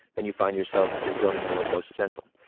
and you find yourself just zoning in on what's most essential.